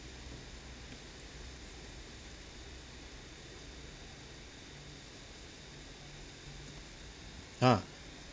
ah